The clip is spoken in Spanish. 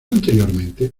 anteriormente